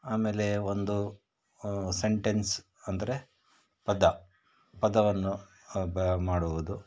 ಆಮೇಲೆ ಒಂದು ಸೆಂಟೆನ್ಸ್ ಅಂದರೆ ಪದ ಪದವನ್ನು ಬ್ ಮಾಡುವುದು